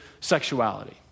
sexuality